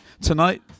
Tonight